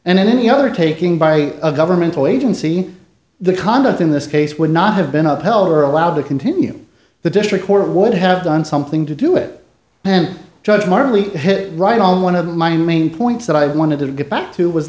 and in any other taking by a governmental agency the conduct in this case would not have been upheld or allowed to continue the district court would have done something to do it then judge marley hit right on one of my main points that i wanted to get back to was